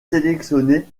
sélectionné